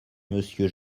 monsieur